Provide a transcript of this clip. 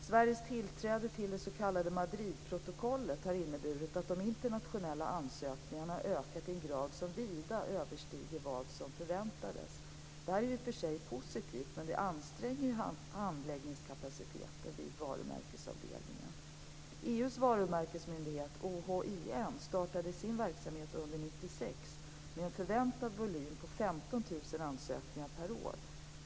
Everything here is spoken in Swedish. Sveriges tillträde till det s.k. Madridprotokollet har inneburit att de internationella ansökningarna har ökat i en grad som vida överstiger vad som förväntades. Detta är i sig positivt men anstränger handläggningskapaciteten vid varumärkesavdelningen. EU:s varumärkesmyndighet OHIM startade sin verksamhet under 1996 med en förväntad volym om ca 15 000 ansökningar per år.